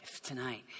Tonight